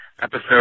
episode